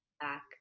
back